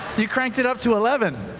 you cranked it up to eleven.